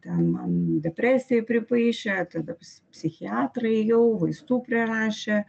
ten man depresiją pripaišė tada psi psichiatrai jau vaistų prirašė